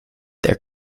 their